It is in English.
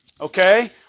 okay